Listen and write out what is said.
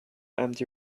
empty